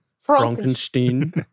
Frankenstein